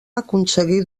aconseguir